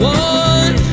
one